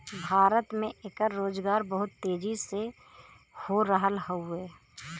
भारत में एकर रोजगार बहुत तेजी हो रहल हउवे